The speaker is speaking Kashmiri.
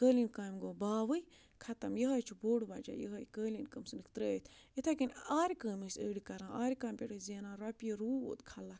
قٲلیٖن کامہِ گوٚو باوٕے ختم یِہوے چھِ بوٚڈ وَجہ یِہوٚے قٲلیٖن کٲم ژھٕنِکھ ترٛٲیِتھ یِتھَے کٔنۍ آرِ کٲم ٲسۍ أڑۍ کَران آرِ کامہِ پٮ۪ٹھ ٲسۍ زینان رۄپیہِ روٗد خلق